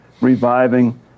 reviving